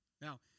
Now